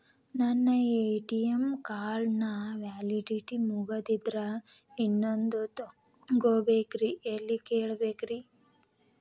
ನನ್ನ ATM card ನ validity ಮುಗದದ್ರಿ ಇನ್ನೊಂದು ತೊಗೊಬೇಕ್ರಿ ಎಲ್ಲಿ ಕೇಳಬೇಕ್ರಿ?